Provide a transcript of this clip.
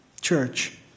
church